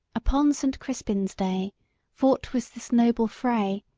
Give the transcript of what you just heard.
upon saint crispin' day fought was this noble fray.